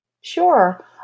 Sure